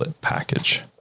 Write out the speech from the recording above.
package